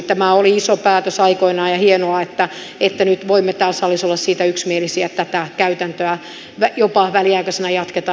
tämä oli iso päätös aikoinaan ja hienoa että nyt voimme täällä salissa olla siitä yksimielisiä että tätä käytäntöä jopa väliaikaisena jatketaan